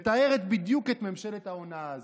היא מתארת בדיוק את ממשלת ההונאה הזאת.